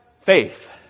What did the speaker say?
faith